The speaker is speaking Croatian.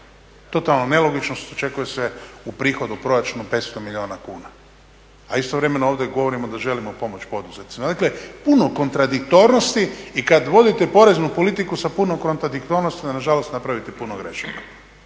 totalna nelogičnost, očekuje se u prihodu u proračunu 500 milijuna kuna, a istovremeno ovdje govorimo da želimo pomoći poduzetnicima. Dakle puno kontradiktornosti i kada vodite poreznu politiku sa puno kontradiktornosti onda napravite nažalost